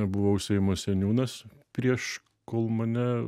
buvau seimo seniūnas prieš kol mane